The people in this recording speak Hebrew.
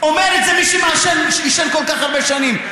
אומר את זה מי שעישן כל כך הרבה שנים.